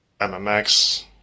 MMX